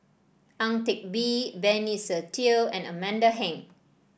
Ang Teck Bee Benny Se Teo and Amanda Heng